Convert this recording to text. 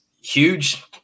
huge